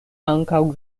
ankaŭ